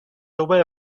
away